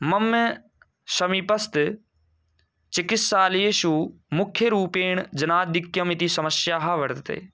मम समीपस्थ चिकित्सालयेषु मुख्यरूपेण जनाधिक्यम् इति समस्याः वर्तते